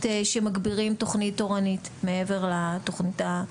שמגבירים תכנית תורנית מעבר לתכנית הרגילה.